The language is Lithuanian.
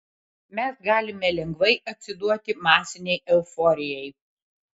mes galime lengvai atsiduoti masinei euforijai